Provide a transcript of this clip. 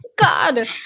God